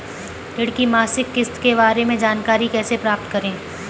ऋण की मासिक किस्त के बारे में जानकारी कैसे प्राप्त करें?